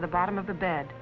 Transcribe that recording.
to the bottom of the bed